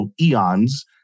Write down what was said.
eons